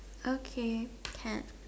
okay can